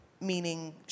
meaning